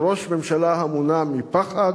של ראש ממשלה המונע מפחד,